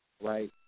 right